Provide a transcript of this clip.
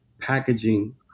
packaging